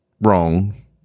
wrong